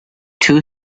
two